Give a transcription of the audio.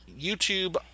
YouTube